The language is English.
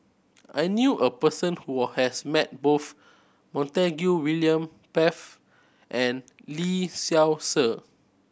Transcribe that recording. I knew a person who has met both Montague William Pett and Lee Seow Ser